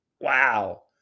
Wow